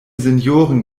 senioren